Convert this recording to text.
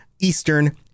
Eastern